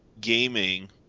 gaming